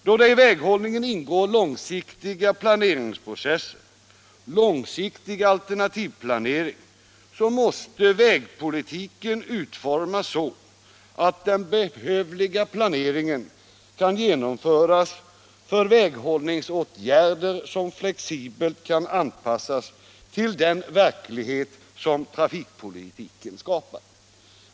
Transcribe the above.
Då det i väghållningen ingår långsiktiga planeringsprocesser och långsiktig alternativplanering, måste vägpolitiken utformas så, att den behövliga planeringen kan genomföras för väghållningsåtgärder som flexibelt kan anpassas till den verklighet som trafikpolitiken skapar.